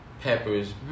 peppers